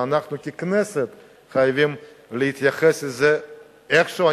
ואנחנו ככנסת חייבים להתייחס לזה איכשהו.